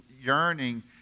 yearning